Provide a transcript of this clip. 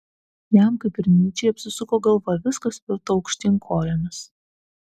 jam kaip ir nyčei apsisuko galva viskas virto aukštyn kojomis